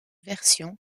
versions